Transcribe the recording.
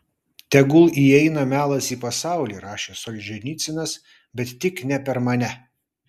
tegul įeina melas į pasaulį rašė solženicynas bet tik ne per mane